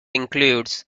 includes